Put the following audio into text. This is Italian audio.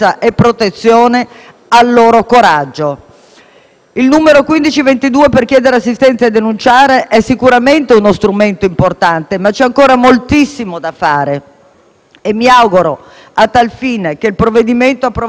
Il numero 1522 per chiedere assistenza e denunciare è sicuramente uno strumento importante, ma c'è ancora moltissimo da fare. Mi auguro a tal fine che il provvedimento approvato ieri in Consiglio dei ministri, il cosiddetto